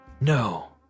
No